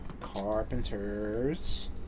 Carpenter's